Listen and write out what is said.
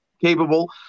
capable